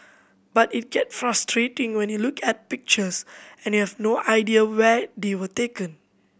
but it get frustrating when you look at pictures and you have no idea where they were taken